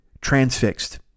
transfixed